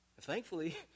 Thankfully